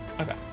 Okay